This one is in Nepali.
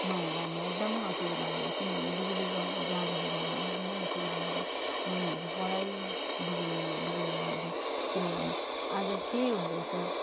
नहुँदा हामीलाई एकदमै असुविधा हुन्छ किनभने बिजुली जहाँ जाँदाखेरि हामीलाई एकदमै असुविधा हुन्छ नानीहरूको पढाइ बिग्रिने बिग्रिएर जान्छ किनभने आज के हुँदैछ